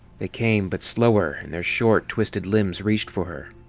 they came, but slower, and their short, twisted limbs reached for her.